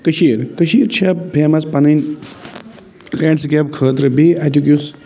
کٔشیٖر کٔشیٖر چھےٚ فٮ۪مَس پَنٕنۍ لینڈسِکیپ خٲطرٕ بیٚیہِ اَتیُک یُس